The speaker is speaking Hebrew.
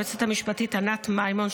היועצת המשפטית ענת מימון,